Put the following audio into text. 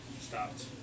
Stopped